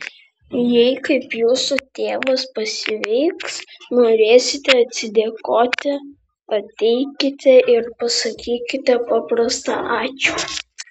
jei kaip jūsų tėvas pasveiks norėsite atsidėkoti ateikite ir pasakykite paprastą ačiū